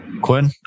Quinn